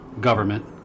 government